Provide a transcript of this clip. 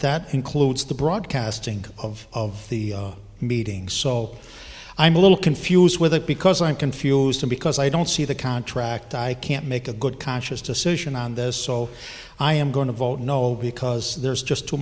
that includes the broadcasting of the meetings so i'm a little confused with it because i'm confused because i don't see the contract i can't make a good conscious decision on this so i am going to vote no because there's just too